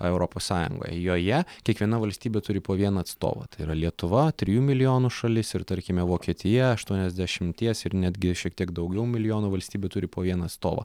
europos sąjungoj joje kiekviena valstybė turi po vieną atstovą tai yra lietuva trijų milijonų šalis ir tarkime vokietija aštuoniasdešimties ir netgi šiek tiek daugiau milijonų valstybė turi po vieną atstovą